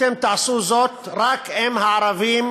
אתם תעשו זאת רק אם הערבים